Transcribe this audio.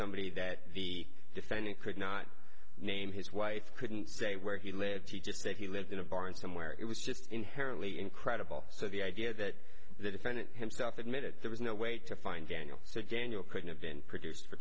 somebody that the defendant could not name his wife couldn't say where he lived he just said he lived in a bar and somewhere it was just inherently incredible so the idea that the defendant himself admitted there was no way to find daniel so daniel couldn't have been produced for